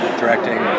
directing